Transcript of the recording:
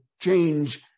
change